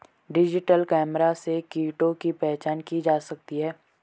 digital camera से कीटों की पहचान की जा सकती है